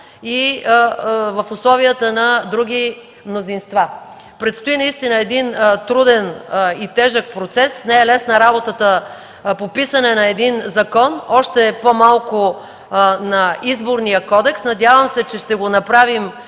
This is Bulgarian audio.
и в условията на други мнозинства. Предстои наистина труден и тежък процес – не е лесна работата по писане на един закон, още по-малко на Изборния кодекс. Надявам се, че ще го направим